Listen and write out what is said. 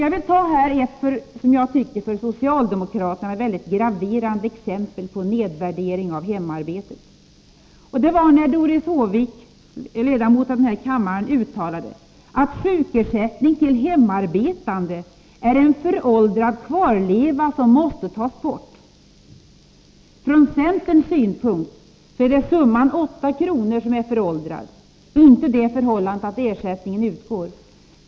Ett för socialdemokraterna graverande exempel på nedvärdering av hemarbetet är Doris Håviks uttalande att sjukersättningen till hemarbetande är en föråldrad kvarleva som måste tas bort. Från centerns synpunkt är det summan 8 kr. som är föråldrad — inte det förhållandet att ersättning utgår.